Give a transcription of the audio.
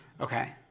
Okay